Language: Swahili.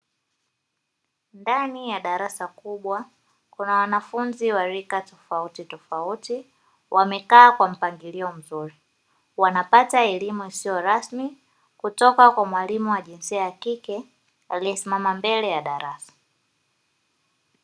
Ndani ya darasa kubwa kuna wanafunzi wa rika tofauti tofauti, wamekaa kwa mpangilio mzuri, wanapata elimu isiyo rasmi kutoka kwa mwalimu wa jinsia ya kike, aliye simama mbele ya darasa.